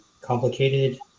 complicated